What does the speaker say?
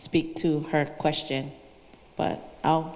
speak to her question but i'll